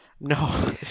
No